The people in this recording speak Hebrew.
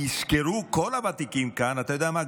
יזכרו כל הוותיקים כאן, אתה יודע מה?